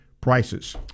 prices